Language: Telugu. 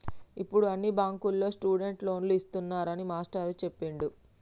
ఇప్పుడు అన్ని బ్యాంకుల్లో స్టూడెంట్ లోన్లు ఇస్తున్నారని మాస్టారు చెప్పిండు